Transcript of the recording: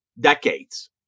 decades